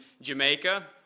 Jamaica